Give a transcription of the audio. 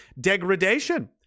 Degradation